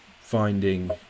finding